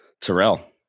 Terrell